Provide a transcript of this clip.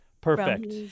Perfect